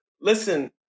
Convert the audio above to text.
Listen